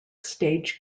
stage